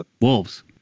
wolves